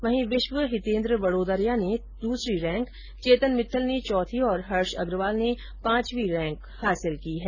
वहीं विश्व हितेन्द्र वडोदरिया ने दूसरी रैंक चेतन भित्तल ने चौथी और हर्ष अग्रवाल ने पांचवी रैंक हांसिल की है